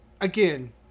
again